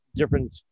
different